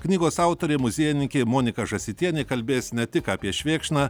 knygos autorė muziejininkė monika žąsytienė kalbės ne tik apie švėkšną